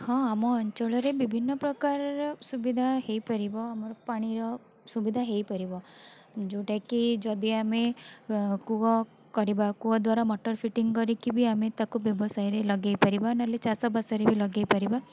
ହଁ ଆମ ଅଞ୍ଚଳରେ ବିଭିନ୍ନ ପ୍ରକାରର ସୁବିଧା ହେଇପାରିବ ଆମର ପାଣିର ସୁବିଧା ହେଇପାରିବ ଯେଉଁଟାକି ଯଦି ଆମେ କୂଅ କରିବା କୂଅ ଦ୍ଵାରା ମୋଟର୍ ଫିଟିଙ୍ଗ କରିକି ବି ଆମେ ତାକୁ ବ୍ୟବସାୟରେ ଲଗାଇ ପାରିବା ନହେଲେ ଚାଷବାସରେ ବି ଲଗାଇ ପାରିବା